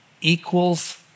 equals